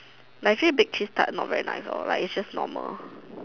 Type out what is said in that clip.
but actually baked cheese tart not very nice lor like it's just normal